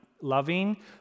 loving